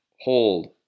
hold